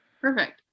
perfect